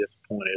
disappointed